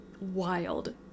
wild